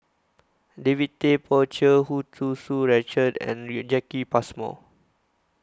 David Tay Poey Cher Hu Chew Tsu Richard and Jacki Passmore